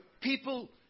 people